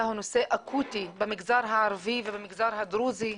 הוא נושא אקוטי במגזר הערבי ובמגזר הדרוזי.